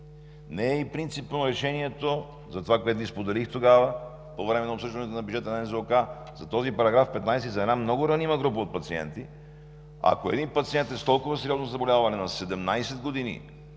Не е и принципно решението за това, което Ви споделих тогава, по време на обсъждането на бюджета на Националната здравноосигурителна каса за този § 15, за една много ранима група от пациенти: ако един пациент е с толкова сериозно заболяване на 17 години,